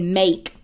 make